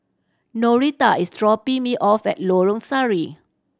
Noreta is dropping me off at Lorong Sari